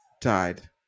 Died